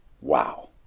Wow